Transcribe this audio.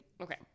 okay